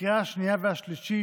לקריאה השנייה והשלישית.